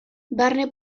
barne